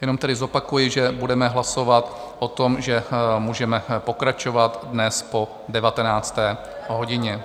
Jenom tedy zopakuji, že budeme hlasovat o tom, že můžeme pokračovat dnes po 19. hodině.